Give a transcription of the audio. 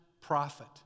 prophet